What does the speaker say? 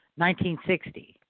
1960